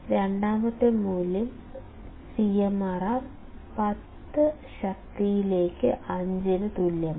രണ്ടാമത്തെ മൂല്യം CMRR 10 ശക്തിയിലേക്ക് 5 ന് തുല്യമാണ്